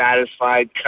satisfied